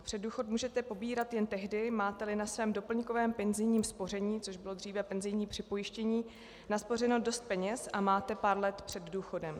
Předdůchod můžete pobírat jen tehdy, máteli na svém doplňkovém penzijním spoření, což bylo dříve penzijní připojištění, naspořeno dost peněz a máte pár let před důchodem.